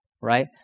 right